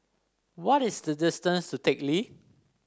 what is the distance to Teck Lee